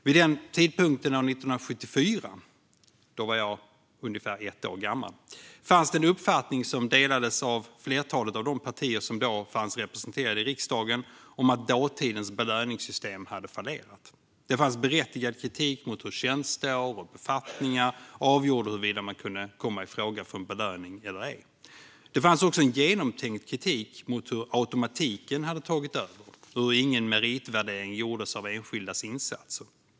Vid den tidpunkten, 1974, då jag var ungefär ett år gammal, fanns det en uppfattning som delades av flertalet av de partier som då fanns representerade i riksdagen om att dåtidens belöningssystem hade fallerat. Det fanns berättigad kritik mot hur tjänsteår och befattningar avgjorde huruvida man kunde komma i fråga för en belöning eller ej. Det fanns också en genomtänkt kritik mot hur automatiken hade tagit över och ingen meritvärdering gjordes av enskildas insatser.